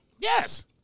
Yes